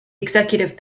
executive